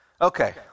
Okay